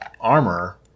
armor